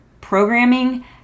programming